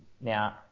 Now